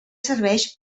serveix